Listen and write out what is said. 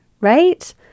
right